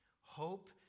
Hope